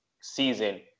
season